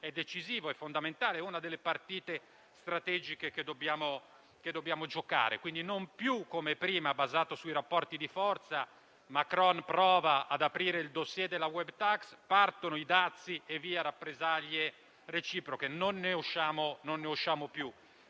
è decisivo e fondamentale in una delle partite strategiche che dobbiamo giocare. Quindi non più come prima, basato sui rapporti di forza; Macron prova ad aprire il *dossier* della *web tax*, partono i dazi e via rappresaglie reciproche: non ne usciamo più.